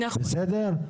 בסדר?